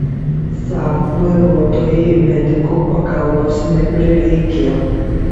saab vairuotojai medikų pagalbos neprireikė